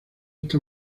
esta